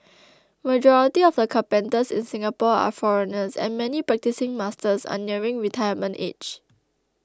majority of the carpenters in Singapore are foreigners and many practising masters are nearing retirement age